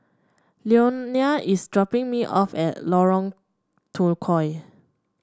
Leonia is dropping me off at Lorong Tukol